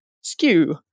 skew